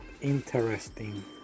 interesting